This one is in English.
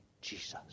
Jesus